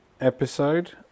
episode